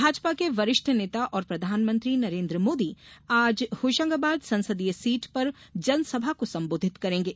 भाजपा के वरिष्ठ नेता और प्रधानमंत्री नरेन्द्र मोदी आज होशंगाबाद संसदीय सीट पर जनसभा को संबोधित करेंगे